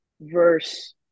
verse